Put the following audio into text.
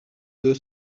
deux